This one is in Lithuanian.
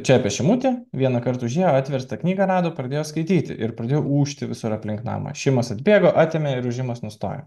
čia apie šimutį vienąkart užėjo atverstą knygą rado pradėjo skaityti ir pradėjo ūžti visur aplink namą šimas atbėgo atėmė ir ūžimas nustojo